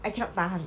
I cannot tahan